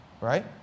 right